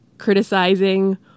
criticizing